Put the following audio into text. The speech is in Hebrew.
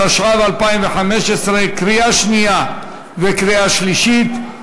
התשע"ו 2015, קריאה שנייה וקריאה שלישית.